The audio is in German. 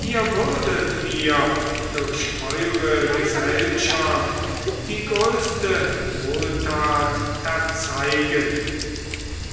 ihr würdet mir durch eure gesellschaft die größte wohltat erzeigen